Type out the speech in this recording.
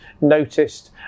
noticed